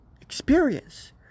experience